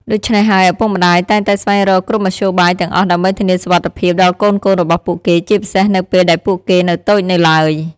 ដូច្នេះហើយ ឪពុកម្តាយតែងតែស្វែងរកគ្រប់មធ្យោបាយទាំងអស់ដើម្បីធានាសុវត្ថិភាពដល់កូនៗរបស់ពួកគេ ជាពិសេសនៅពេលដែលពួកគេនៅតូចនៅឡើយ។